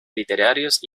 literarios